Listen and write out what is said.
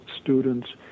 students